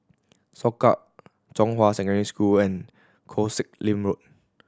Soka Zhonghua Secondary School and Koh Sek Lim Road